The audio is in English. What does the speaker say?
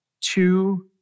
two